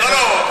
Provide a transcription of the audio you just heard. לא,